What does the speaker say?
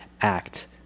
act